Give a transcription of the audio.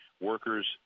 workers